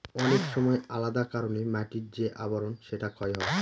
অনেক সময় আলাদা কারনে মাটির যে আবরন সেটা ক্ষয় হয়